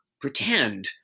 pretend